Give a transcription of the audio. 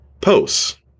posts